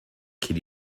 cyn